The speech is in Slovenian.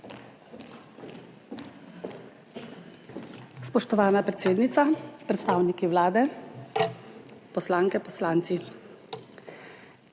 Spoštovana predsednica, predstavniki Vlade, poslanke, poslanci!